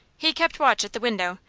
he kept watch at the window,